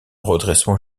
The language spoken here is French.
redressement